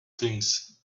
things